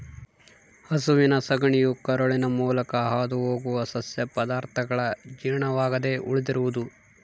ಹಸುವಿನ ಸಗಣಿಯು ಕರುಳಿನ ಮೂಲಕ ಹಾದುಹೋಗುವ ಸಸ್ಯ ಪದಾರ್ಥಗಳ ಜೀರ್ಣವಾಗದೆ ಉಳಿದಿರುವುದು